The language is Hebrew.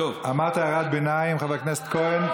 אמרת הערת ביניים, חבר הכנסת כהן.